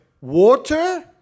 water